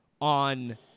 on